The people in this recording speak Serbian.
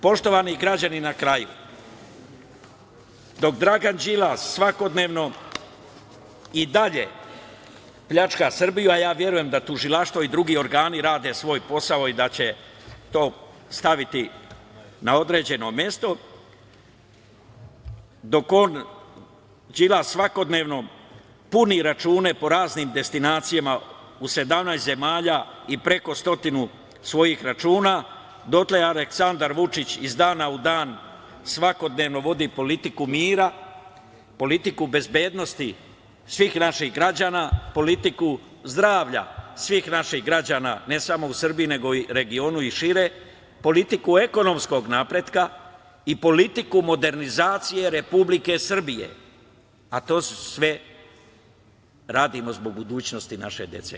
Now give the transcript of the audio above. Poštovani građani, na kraju, dok Dragan Đilas svakodnevno i dalje pljačka Srbiju, a ja verujem da tužilaštvo i drugi organi rade svoj posao i da će to staviti na određeno mesto, dok Đilas svakodnevno puni račune po raznim destinacijama u 17 zemalja i preko stotinu svojih računa dotle Aleksandar Vučić iz dana u dan svakodnevno vodi politiku mira, politiku bezbednosti svih naših građana, politiku zdravlja svih naših građana ne samo u Srbiji nego i regionu i šire, politiku ekonomskog napretka i politiku modernizacije Republike Srbije, a to sve radimo zbog budućnosti naše dece.